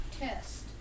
test